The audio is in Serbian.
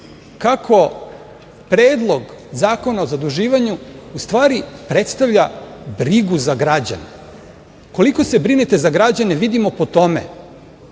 kako Predlog Zakona o zaduživanju u stvari predstavlja brigu za građane. Koliko se brinete za građane vidimo po tome